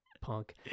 punk